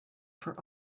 for